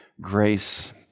grace